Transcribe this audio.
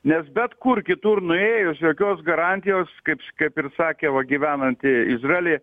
nes bet kur kitur nuėjus jokios garantijos kaip s kaip ir sakė va gyvenanti izraely